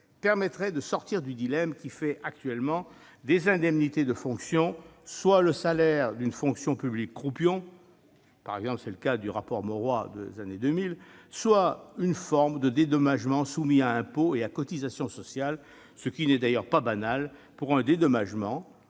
permettrait de sortir du dilemme qui fait actuellement des indemnités de fonction soit le salaire d'une fonction publique croupion- c'est le cas du rapport Mauroy de 2000 -, soit une forme de dédommagement soumis à impôt et à cotisations sociales, ce qui n'est pas banal pour un dédommagement.